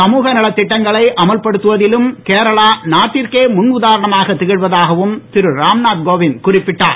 சமூகநலத்திட்டங்களை நடைபெறுவதாக அமல்படுத்துவதிலும் கேரளா நாட்டிற்கே முன் உதாரணமாக திகழ்வதாகவும் திரு ராம்நாத் கோவிந்த் குறிப்பிட்டார்